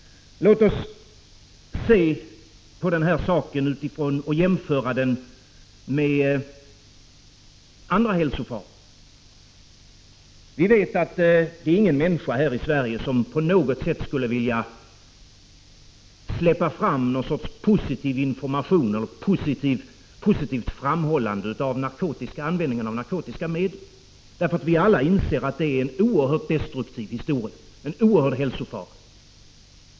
Låt oss se på tobaksrökningen och jämföra den med andra hälsofaror. Vi vet att ingen människa här i Sverige på något sätt skulle vilja släppa fram någon sorts positiv information eller något positivt framhållande av användningen av narkotiska medel. Vi inser alla att det är något oerhört destruktivt, en oerhörd hälsofara.